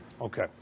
Okay